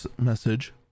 message